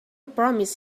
promised